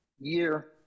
year